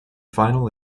final